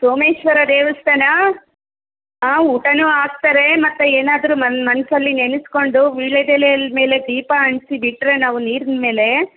ಸೋಮೇಶ್ವರ ದೇವಸ್ಥಾನ ಹಾಂ ಊಟನೂ ಹಾಕ್ತಾರೆ ಮತ್ತೆ ಏನಾದರೂ ಮನ ಮನಸ್ಸಲ್ಲಿ ನೆನೆಸ್ಕೊಂಡು ವೀಳ್ಯದೆಲೆಯಲ್ಲಿ ಮೇಲೆ ದೀಪ ಅಂಟಿಸಿ ಬಿಟ್ಟರೆ ನಾವು ನೀರಿನ ಮೇಲೆ